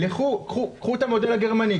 קחו את המודל הגרמני,